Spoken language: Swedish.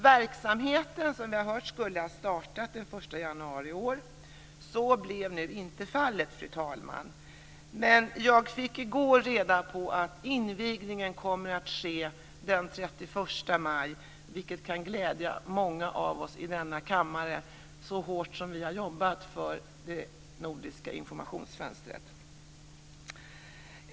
Verksamheten skulle, som vi har hört, ha startat den 1 januari i år. Så blev nu inte fallet, fru talman. Jag fick i går reda på att invigningen kommer att ske den 31 maj. Det kommer att glädja många i denna kammare, så hårt som vi har jobbat för det nordiska informationsfönstret.